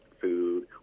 food